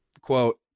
Quote